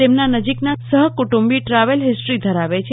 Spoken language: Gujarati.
તેમના નજીકના સહકુંડુમ્બી ટ્રાવેલ હિસ્ટ્રી ધરાવે છે